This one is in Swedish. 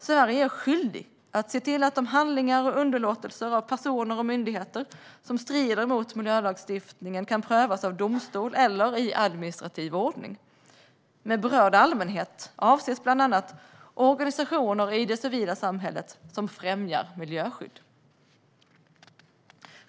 Sverige är skyldigt att se till att handlingar och underlåtelser av personer och myndigheter som strider mot miljölagstiftningen kan prövas av domstol eller i administrativ ordning. Med berörd allmänhet avses bland annat organisationer i det civila samhället som främjar miljöskydd.